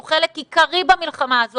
הוא חלק עיקרי במלחמה הזאת.